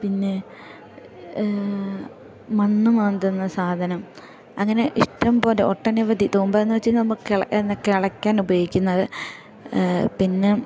പിന്നെ മണ്ണ് മാന്തുന്ന സാധനം അങ്ങനെ ഇഷ്ടം പോലെ ഒട്ടനവധി തൂമ്പയെന്നു വെച്ച് നമുക്കുള്ള എന്ന കിളക്കാൻ ഉപയോഗിക്കുന്നത് പിന്നെ